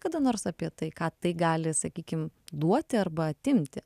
kada nors apie tai ką tai gali sakykim duoti arba atimti